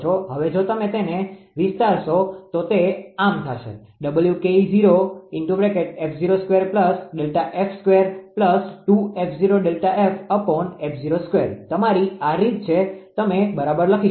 હવે જો તમે તેને વિસ્તારસો તો તે આમ થાશે તમારી આ રીત છે તમે બરાબર લખી શકો છો